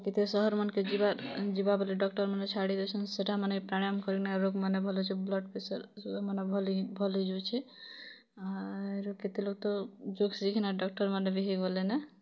କେତେ ସହର୍ମାନ୍କେ ଯିବା ଯିବା ବେଳେ ଡକ୍ଟର୍ମାନେ ଛାଡ଼ି ଦଉସନ୍ ସେଟାମାନେ ପ୍ରାଣାୟମ୍ କରି କିନା ଭଲ୍ ହେସି ବ୍ଲଡ଼୍ ପ୍ରେସର୍ ମାନେ ଭଲ୍ ହି ଭଲ୍ ହେଇଯାଉଛି ଆରୁ କେତେ ଲୋକ୍ ତ ଯୋଗ ଶିଖିକିନା ଡକ୍ଚର୍ମାନେ ବି ହେଇଗଲେ ନେ